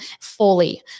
fully